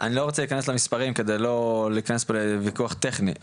ואני לא רוצה להיכנס למספרים על מנת שלא להיכנס פה לוויכוח טכני.